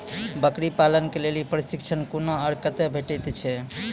बकरी पालन के लेल प्रशिक्षण कूना आर कते भेटैत छै?